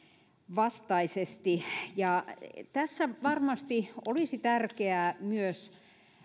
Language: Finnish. vastaisesti tässä varmasti olisi tärkeää myös